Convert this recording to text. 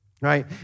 right